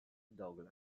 douglas